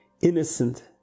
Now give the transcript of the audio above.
innocent